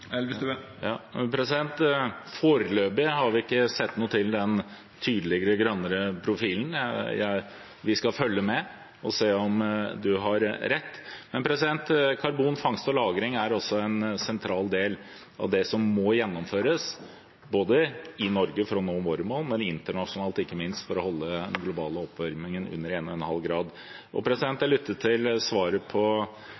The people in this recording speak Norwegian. Elvestuen – til oppfølgingsspørsmål. Foreløpig har vi ikke sett noe til den tidligere grønnere profilen. Vi skal følge med og se om statsråden har rett. Karbonfangst og -lagring er en sentral del av det som må gjennomføres, både i Norge for å nå våre mål og ikke minst internasjonalt for å holde den globale oppvarmingen under